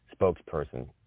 spokesperson